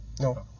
No